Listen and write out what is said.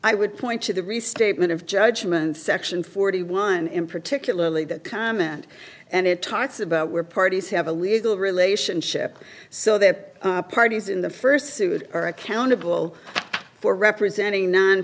i would point to the restatement of judgment section forty one in particularly that comment and it talks about where parties have a legal relationship so their parties in the first sued are accountable for representing nine